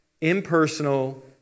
Impersonal